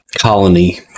colony